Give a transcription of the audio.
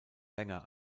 länger